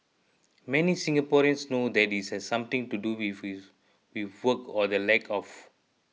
many Singaporeans know that it has something to do with work or the lack of